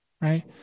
right